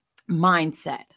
mindset